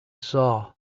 saw